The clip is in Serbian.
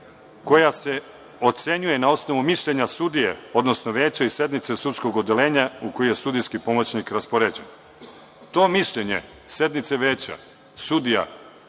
koja se ocenjuje na osnovu mišljenja sudije, odnosno veća i sednice sudskog odeljenja u kojoj je sudijski pomoćnik raspoređen. To mišljenje sednice veća sudija,